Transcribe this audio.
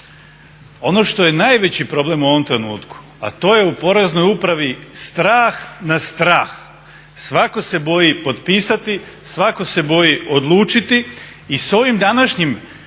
Ono što je najveći problem u ovom trenutku, a to je u Poreznoj upravi strah na strah, svatko se boji potpisati, svatko se boji odlučiti i s ovim današnjim